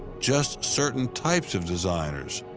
just certain types of designers,